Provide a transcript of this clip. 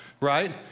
right